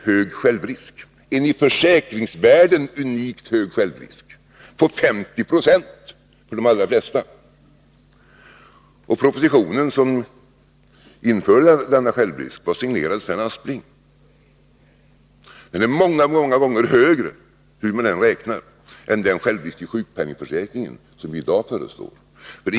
Den har en i försäkringsvärlden unikt hög självrisk på 50 96 för de allra flesta. Propositionen som införde denna självrisk var signerad av Sven Aspling. Det är många gånger högre, hur man än räknar, än den självrisk i sjukpenningförsäkringen som vi i dag föreslår.